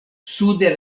sude